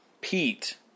Pete